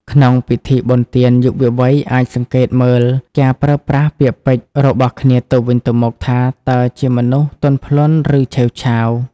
ក្នុងពិធីបុណ្យទាន យុវវ័យអាចសង្កេតមើល "ការប្រើប្រាស់ពាក្យពេចន៍" របស់គ្នាទៅវិញទៅមកថា តើជាមនុស្សទន់ភ្លន់ ឬឆេវឆាវ។